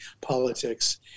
politics